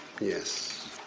Yes